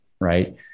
right